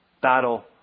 battle